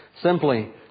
simply